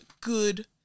good